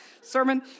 sermon